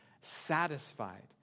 satisfied